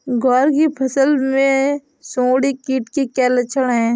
ग्वार की फसल में सुंडी कीट के क्या लक्षण है?